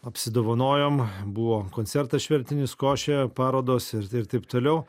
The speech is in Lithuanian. apsidovanojom buvo koncertas šventinis košė parodos ir taip toliau